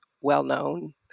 well-known